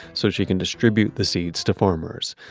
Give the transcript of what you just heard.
so she can distribute the seeds to farmers.